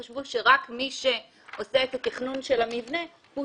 חשבו שרק מי שעושה את התכנון של המבנה הוא